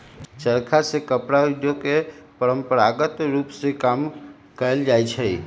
चरखा से कपड़ा उद्योग में परंपरागत रूप में काम कएल जाइ छै